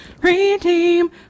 redeem